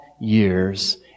years